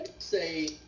say